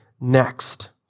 next